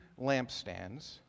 lampstands